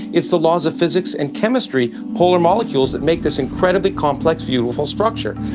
it's the laws of physics and chemistry, polar molecules, that make this incredibly complex, beautiful structure.